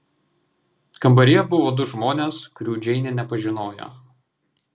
kambaryje buvo du žmonės kurių džeinė nepažinojo